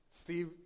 Steve